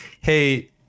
hey